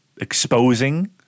exposing